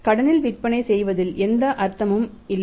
கடனில் விற்பனை செய்வதில் எந்த அர்த்தமும் இல்லை